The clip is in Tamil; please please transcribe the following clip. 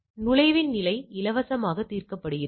எனவே அது CHI INVERSE இல் கொடுக்கப்பட்டுள்ளது